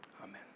Amen